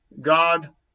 God